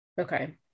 Okay